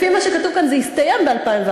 לפי מה שכתוב כאן, זה יסתיים ב-2014.